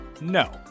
No